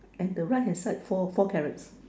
and the right hand side four four carrots